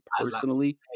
personally